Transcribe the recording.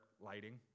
lighting